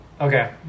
Okay